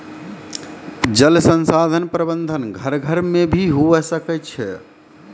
जल संसाधन प्रबंधन घर घर मे भी हुवै सकै छै